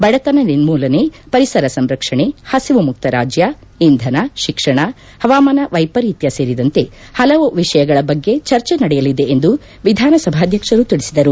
ಬಡತನ ನಿರ್ಮೂಲನೆ ಪರಿಸರ ಸಂರಕ್ಷಣೆ ಹಸಿವು ಮುಕ್ತ ರಾಜ್ಯ ಇಂಧನ ಶಿಕ್ಷಣ ಹವಾಮಾನ ವೈಪರೀತ್ಯ ಸೇರಿದಂತೆ ಹಲವು ವಿಷಯಗಳ ಬಗ್ಗೆ ಚರ್ಚೆ ನಡೆಯಲಿದೆ ಎಂದು ವಿಧಾನಸಭಾಧ್ವಕ್ಷರು ತಿಳಿಸಿದರು